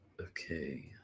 Okay